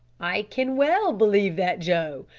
i can well believe that, joe,